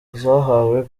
zahawe